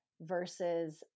versus